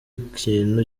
ikintu